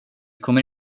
kommer